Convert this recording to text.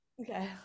Okay